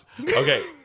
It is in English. Okay